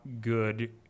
good